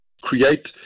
create